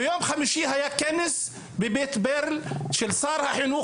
ביום חמישי היה כנס בבית ברל של שר החינוך